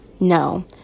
No